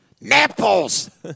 Nipples